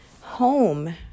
home